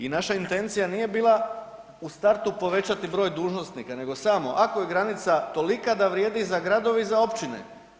I naša intencija nije bila u startu povećati broj dužnosnika, nego samo ako je granica tolika da vrijedi za gradove i za općine.